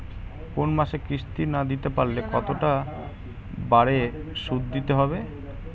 কোন মাসে কিস্তি না দিতে পারলে কতটা বাড়ে সুদ দিতে হবে?